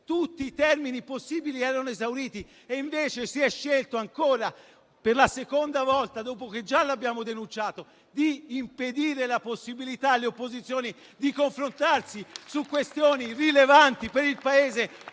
tutti i termini possibili erano esauriti. Invece, si è scelto per la seconda volta - già lo abbiamo denunciato - di impedire alle opposizioni di confrontarsi su questioni rilevanti per il Paese